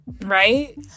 right